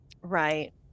right